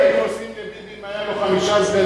תאר לך איזה צרות היו עושים לביבי אם היו חמישה סגנים